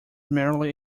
merely